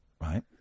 right